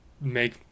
make